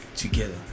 together